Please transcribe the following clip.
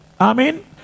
Amen